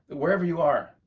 wherever you are,